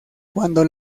cuando